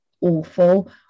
awful